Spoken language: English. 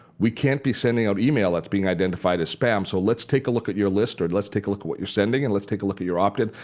we can't be sending out email that's being identified as spam so let's take a look at your list and let's take a look at what you're sending. and let's take a look at your opt in.